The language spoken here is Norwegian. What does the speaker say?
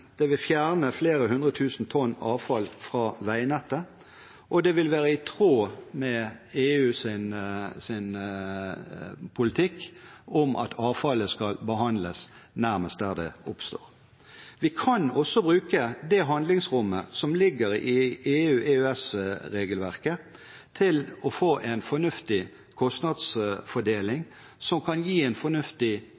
Det vil fjerne flere hundre tusen tonn avfall fra veinettet, og det vil være i tråd med EUs politikk om at avfallet skal behandles nærmest der det oppstår. Vi kan også bruke det handlingsrommet som ligger i EU/EØS-regelverket, til å få en fornuftig kostnadsfordeling som kan gi en fornuftig